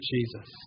Jesus